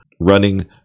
Running